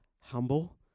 humble